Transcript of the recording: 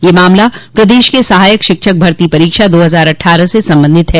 यह मामला प्रदेश के सहायक शिक्षक भर्ती परीक्षा दो हजार अट्ठारह से संबंधित है